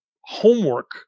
homework